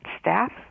staff